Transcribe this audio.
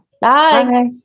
Bye